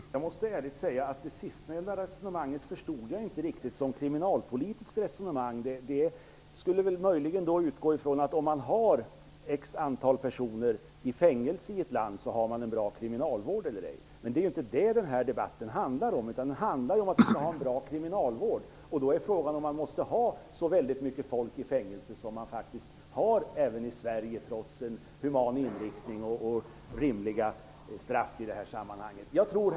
Herr talman! Jag måste ärligt säga att jag inte riktigt förstod det sista resonemanget, som kriminalpolitiskt resonemang. Det skulle möjligen utgå från att man, beroende på hur många personer som finns i fängelser i ett land, skulle kunna räkna ut om landet har en bra kriminalvård eller ej. Men det är ju inte det som den här debatten handlar om. Den handlar om att vi skall ha en bra kriminalvård. Då är frågan om man måste ha så många människor i fängelse som man faktiskt har även i Sverige trots en human inriktning och rimliga straff i detta sammanhang. Herr talman!